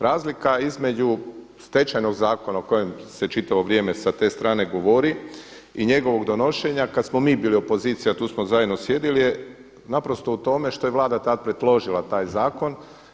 Razlika između Stečajnog zakona o kojem se čitavo vrijeme s te strane govori i njegovog donošenja, kada smo mi bili opozicija a tu smo zajedno sjedili je naprosto u tome što je Vlada tada predložila taj zakon.